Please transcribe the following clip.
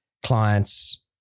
clients